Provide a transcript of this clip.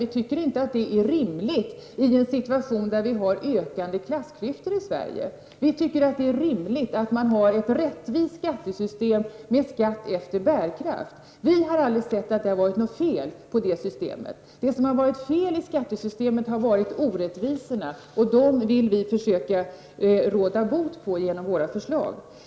Vi tycker inte att det är rimligt i en situation där vi har ökande klassklyftor i Sverige. Vi tycker att det är rimligt att ha ett rättvist skattesystem med skatt efter bärkraft. Vi har aldrig sett att det har varit något fel på det systemet. Det som har varit fel i skattesystemet har varit orättvisorna. Dem vill vi försöka råda bot på genom våra förslag.